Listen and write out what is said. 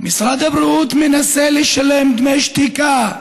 משרד הבריאות מנסה לשלם דמי שתיקה,